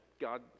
God